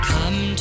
Come